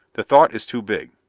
the thought is too big!